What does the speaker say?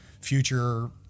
future